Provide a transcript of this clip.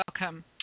Welcome